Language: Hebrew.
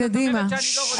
את חושבת שאני לא רוצה?